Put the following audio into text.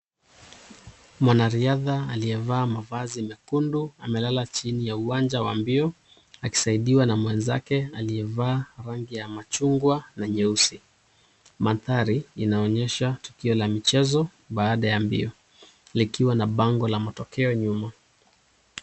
Mwanariadha aliyevaa mavazi mekundu amelala chini ya uwanja wa mbio akisaidiwa na mwenzake aliyevaa rangi ya machungwa na nyeusi. Mandhari inaonyesha tukio la michezo baada ya mbio likiwa na bango la matokeo nyuma.